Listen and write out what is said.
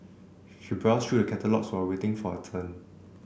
she browsed through the catalogues while waiting for her turn